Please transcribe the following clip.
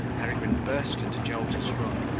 peregrine burst into jolter's room,